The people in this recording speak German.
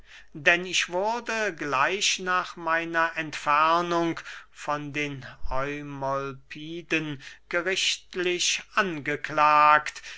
denn ich wurde gleich nach meiner entfernung von den eumolpiden gerichtlich angeklagt